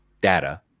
data